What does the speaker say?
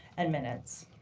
and minutes.